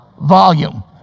Volume